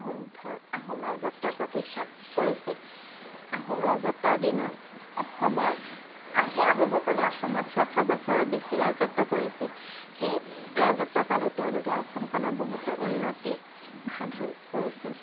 আহোম ধৰ্ম আহোম ৰাজত্ব প্ৰতিষ্ঠা কৰিছিল আহোম ৰাজত্বৰ দিনত অসমত সেই আহোমসকলে অসমত ছশ বছৰৰ বেছি ৰাজত্ব কৰিছিল সেই ৰাজত্বৰ কালত তেওঁলোকে অসমখনৰ বহুতো উন্নতি সাধন কৰিছিল